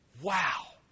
Wow